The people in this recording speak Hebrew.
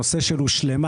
הנושא של הושלמה.